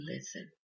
listen